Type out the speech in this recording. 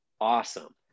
awesome